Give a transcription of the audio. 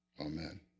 Amen